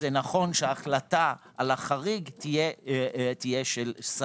נכון שההחלטה על החריג תהיה של שר.